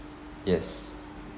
yes